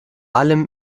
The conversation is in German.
allem